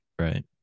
right